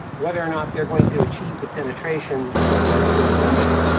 whether or not they are going to achieve the penetration that we are seeing in india,